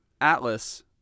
Atlas